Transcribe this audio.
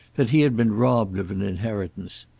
that he had been robbed of an inheritance.